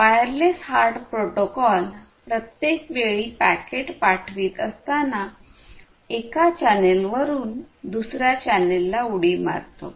wireless HART protocol प्रत्येक वेळी packet पाठवित असताना एका चॅनेलवरून दुसऱ्या चॅनेल ला उडी मारतो